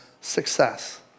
success